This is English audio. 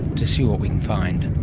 to see what we can find.